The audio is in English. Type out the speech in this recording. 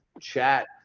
chat